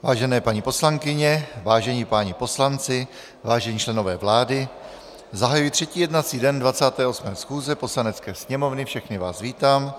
Vážené paní poslankyně, vážení páni poslanci, vážení členové vlády, zahajuji třetí jednací den 28. schůze Poslanecké sněmovny, všechny vás vítám.